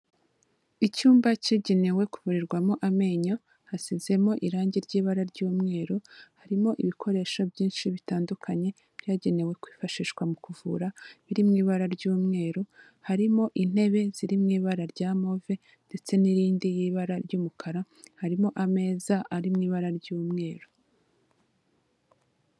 Icyumba cyagenewe kuvurirwamo amenyo hasizemo irange ry'ibara ry'umweru, harimo ibikoresho byinshi bitandukanye byagenewe kwifashishwa mu kuvura biri mu ibara ry'umweru, harimo intebe ziri mu ibara rya move ndetse n'irindi y'ibara ry'umukara, harimo ameza ari mu ibara ry'umweru.